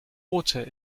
water